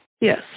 yes